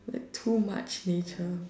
too much nature